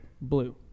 Blue